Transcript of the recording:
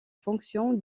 fonction